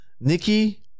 Nikki